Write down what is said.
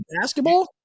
basketball